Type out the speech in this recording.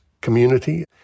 community